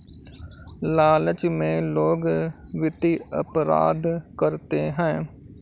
लालच में लोग वित्तीय अपराध करते हैं